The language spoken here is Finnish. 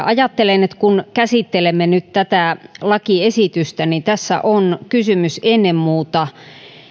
ajattelen kun käsittelemme nyt tätä lakiesitystä että tässä on kysymys ennen muuta